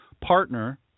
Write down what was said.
partner